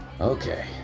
Okay